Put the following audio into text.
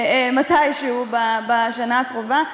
מתישהו בשנה הקרובה,